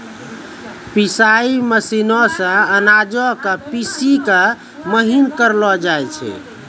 पिसाई मशीनो से अनाजो के पीसि के महीन करलो जाय छै